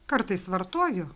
kartais vartoju